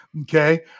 Okay